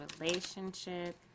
relationship